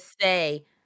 say